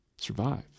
survive